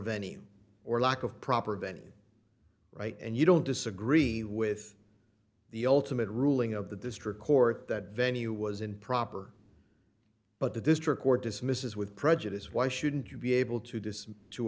any or lack of proper been right and you don't disagree with the ultimate ruling of the district court that venue was improper but the district court dismisses with prejudice why shouldn't you be able to